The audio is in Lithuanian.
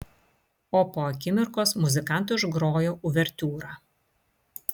o po akimirkos muzikantai užgrojo uvertiūrą